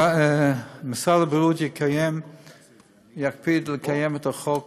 משרד הבריאות יקפיד לקיים את החוק